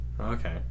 Okay